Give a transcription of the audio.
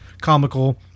comical